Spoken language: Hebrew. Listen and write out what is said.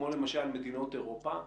כמו מדינות אירופה,